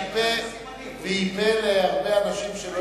דבריה דברים חשובים, והיא פה להרבה אנשים שלא,